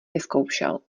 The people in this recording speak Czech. vyzkoušel